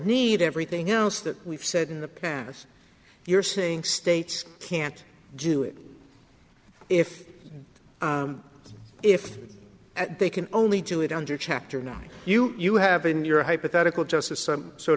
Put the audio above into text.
need everything else that we've said in the past you're saying states can't do it if if at they can only do it under chapter nine you you have in your hypothetical just a some sort